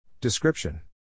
Description